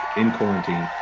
in quarantine.